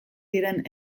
diren